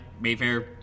Mayfair